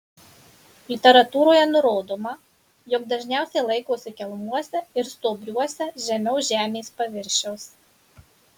literatūroje nurodoma jog dažniausiai laikosi kelmuose ir stuobriuose žemiau žemės paviršiaus